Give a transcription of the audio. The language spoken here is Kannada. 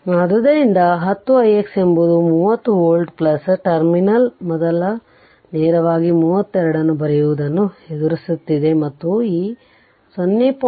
ಆದ್ದರಿಂದ 10 ix ಎಂಬುದು ಮೂವತ್ತು ವೋಲ್ಟ್ ಟರ್ಮಿನಲ್ ಮೊದಲು ನೇರವಾಗಿ 32 ಅನ್ನು ಬರೆಯುವುದನ್ನು ಎದುರಿಸುತ್ತಿದೆ ಮತ್ತು ಈ 0